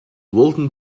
walton